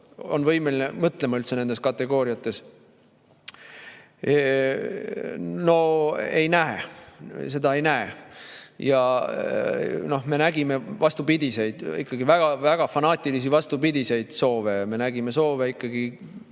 on võimeline mõtlema üldse nendes kategooriates. No ei näe seda, ei näe! Ja me nägime vastupidiseid, ikkagi väga fanaatilisi vastupidiseid soove. Mida kuulutas